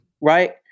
right